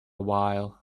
while